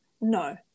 No